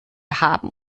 haben